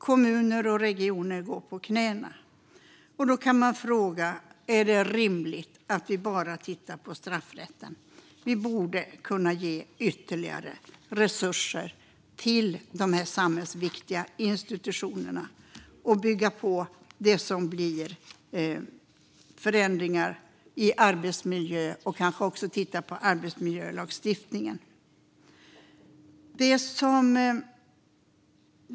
Kommuner och regioner går på knäna, och då kan man fråga sig om det är rimligt att vi bara tittar på straffrätten. Vi borde kunna ge ytterligare resurser till de här samhällsviktiga institutionerna, bygga på det som blir förändringar i arbetsmiljön och kanske också titta på arbetsmiljölagstiftningen.